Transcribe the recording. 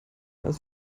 als